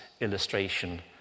illustration